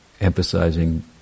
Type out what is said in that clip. emphasizing